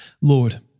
Lord